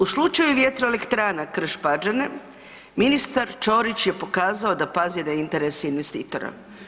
U slučaju vjetroelektrana Krš-Pađene ministar Ćorić je pokazao da pazi na interes investitora.